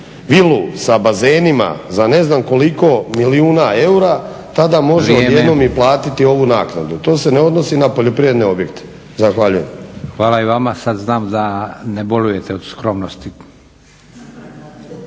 vilu sa bazenima za ne znam koliko milijuna eura tada može odjednom i platiti ovu naknadu. To se ne odnosi na poljoprivredne objekte. Zahvaljujem. **Leko, Josip (SDP)** Hvala i vama. Sad znam da ne bolujete od skromnosti.